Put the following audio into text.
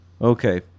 Okay